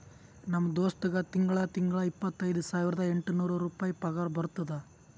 ನಮ್ ದೋಸ್ತ್ಗಾ ತಿಂಗಳಾ ತಿಂಗಳಾ ಇಪ್ಪತೈದ ಸಾವಿರದ ಎಂಟ ನೂರ್ ರುಪಾಯಿ ಪಗಾರ ಬರ್ತುದ್